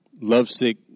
lovesick